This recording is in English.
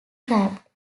trapped